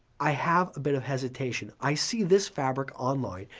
i have a bit of hesitation. i see this fabric online.